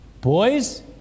boys